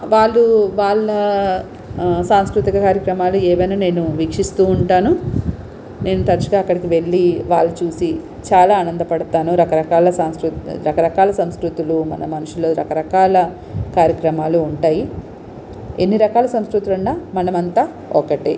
వాళ్ళు వాళ్ళ సాంస్కృతిక కార్యక్రమాలు ఏమైనా నేను వీక్షిస్తూ ఉంటాను నేను తరచుగా అక్కడికి వెళ్ళి వాళ్ళని చూసి చాలా ఆనంద పడతాను రకరకాల సాంస్కృతి రకరకాల సంస్కృతులు మన మనుషులు రకరకాల కార్యక్రమాలు ఉంటాయి ఎన్ని రకాల సంస్కృతులు ఉన్నా మనమంతా ఒకటి